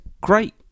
great